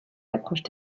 approches